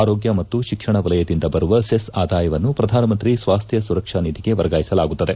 ಆರೋಗ್ಕ ಮತ್ತು ಶಿಕ್ಷಣ ವಲಯದಿಂದ ಬರುವ ಸೆಸ್ ಆದಾಯವನ್ನು ಪ್ರಧಾನಮಂತ್ರಿ ಸ್ವಾಸ್ಥ್ಯ ಸುರಕ್ಷ ನಿಧಿಗೆ ವರ್ಗಾಯಿಸಲಾಗುತ್ತದೆ